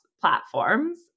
platforms